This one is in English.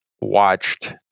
watched